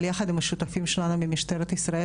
אבל יחד עם השותפים שלנו ממשטרת ישראל